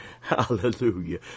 Hallelujah